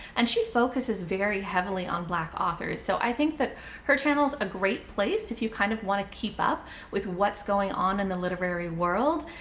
and she focuses very heavily on black authors. so i think that her channel is a great place if you kind of want to keep up with what's going on in the literary world,